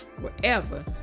wherever